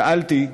שאלתי: